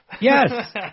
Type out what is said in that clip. Yes